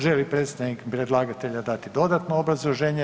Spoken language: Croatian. Želi li predstavnik predlagatelja dati dodatno obrazloženje?